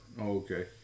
Okay